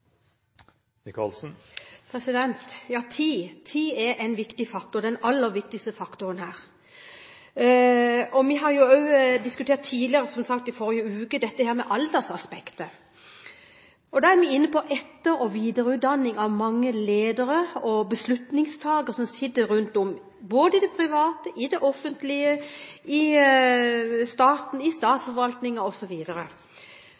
Ja, tid er en viktig faktor – den aller viktigste faktoren her. Vi har jo også diskutert tidligere – som sagt i forrige uke – dette med aldersaspektet. Da er vi inne på etter- og videreutdanning av mange ledere og beslutningstagere som sitter rundt om både i det private, i det offentlige, i